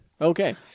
Okay